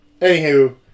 Anywho